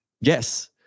Yes